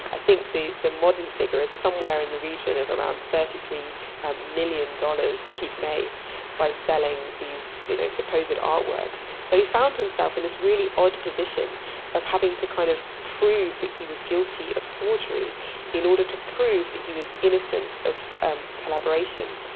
i think the the modern figure is somewhere in the region of around thirty three million dollars, that he'd made by selling these you know supposed artworks. so he found himself in this really odd position of having to kind of prove that he was guilty of forgery in order to prove that he was innocent of ah collaboration.